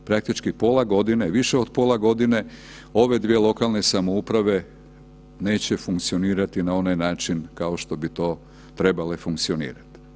Praktički pola godine, više od pola godine ove dvije lokalne samouprave neće funkcionirati na onaj način kao što bi to trebale funkcionirati.